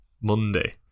Monday